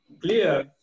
clear